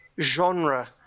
genre